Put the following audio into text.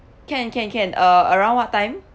can can can uh around what time